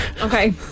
Okay